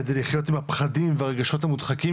כדי לחיות עם הפחדים והרגשות המודחקים